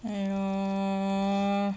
!aiyo!